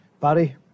Barry